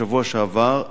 בשבוע שעבר,